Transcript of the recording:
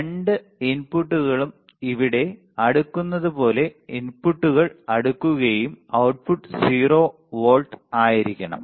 രണ്ട് ഇൻപുട്ടുകളും ഇവിടെ അടുക്കുന്നതുപോലെ ഇൻപുട്ടുകൾ അടുക്കുകയും output 0 വോൾട്ട് ആയിരിക്കണം